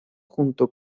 junto